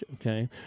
okay